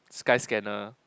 Skyscanner